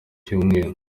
cyumweru